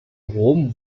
rom